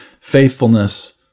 faithfulness